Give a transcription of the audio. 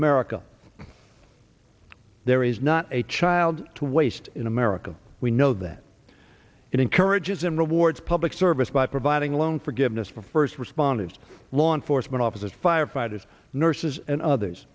america there is not a child to waste in america we know that it encourages and rewards public service by providing loan forgiveness for first responders law enforcement officers firefighters nurses and others